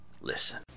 Listen